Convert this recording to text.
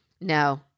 No